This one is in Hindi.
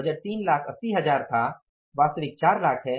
बजट 3 लाख 80 हजार था वास्तविक 4 लाख है